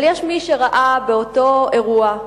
אבל יש מי שראה באותו אירוע,